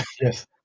yes